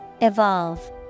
Evolve